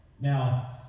Now